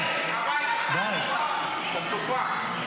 חצופה.